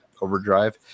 overdrive